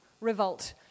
revolt